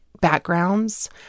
backgrounds